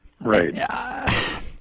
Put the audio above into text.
right